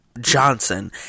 Johnson